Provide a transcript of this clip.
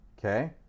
Okay